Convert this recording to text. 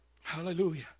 Hallelujah